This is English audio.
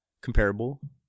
Comparable